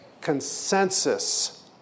consensus